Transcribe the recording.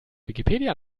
wikipedia